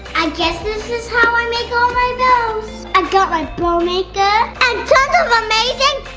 and guess this is how i make all my bows. i've got my bow maker and tons of amazing